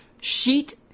Sheet